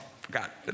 forgot